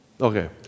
Okay